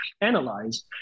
analyze